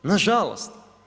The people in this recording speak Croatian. Nažalost.